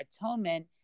atonement